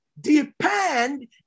depend